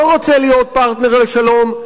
לא רוצה להיות פרטנר לשלום,